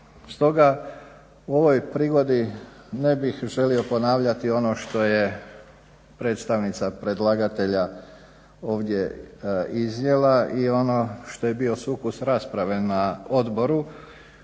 Stoga u ovoj prigodi ne bih želio ponavljati ono što je predstavnica predlagatelja ovdje iznijela i ono što je bio sukus rasprave na odboru